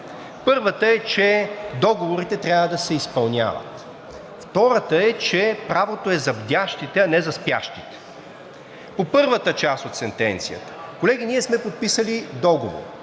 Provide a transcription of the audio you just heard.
Първата е, че договорите трябва да се изпълняват. Втората е, че правото е за бдящите, а не за спящите. По първата част от сентенцията. Колеги, ние сме подписали договор,